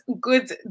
good